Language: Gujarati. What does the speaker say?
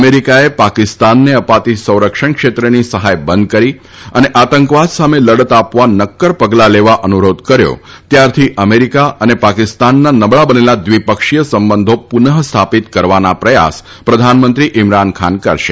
અમેરિકાએ પાકિસ્તાનને અપાતી સંરક્ષણ ક્ષેત્રની સહાય બંધ કરી અને આતંકવાદ સામે લડત આપવા નક્કર પગલાં લેવા અનુરોધ કર્યો ત્યારથી અમેરિકા અને પાકિસ્તાનના નબળા બનેલા દ્વિપક્ષીય સંબંધી પુનઃ સ્થાપીત કરવાના પ્રયાસ પ્રધાનમંત્રી ઈમરાન ખાન કરશે